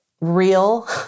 real